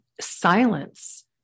silence